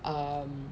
um